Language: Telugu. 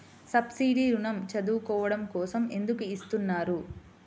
సబ్సీడీ ఋణం చదువుకోవడం కోసం ఎందుకు ఇస్తున్నారు?